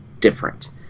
different